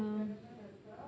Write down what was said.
um